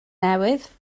newydd